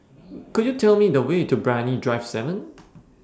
Could YOU Tell Me The Way to Brani Drive seven